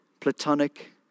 platonic